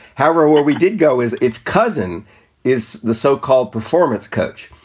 however, where we did go is its cousin is the so-called performance coach,